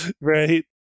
Right